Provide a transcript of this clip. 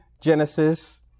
Genesis